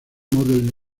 model